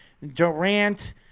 Durant